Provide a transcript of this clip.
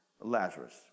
Lazarus